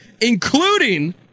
including